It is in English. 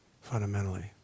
fundamentally